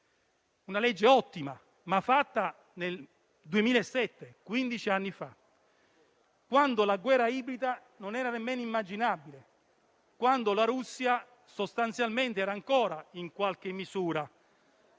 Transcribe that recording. Una legge ottima, ma approvata nel 2007, quindici anni fa, quando la guerra ibrida non era nemmeno immaginabile, quando la Russia sostanzialmente era ancora nello spirito